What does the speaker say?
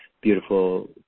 beautiful